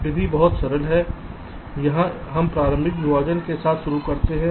विधि बहुत सरल है यहां हम प्रारंभिक विभाजन के साथ शुरू करते हैं